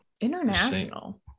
International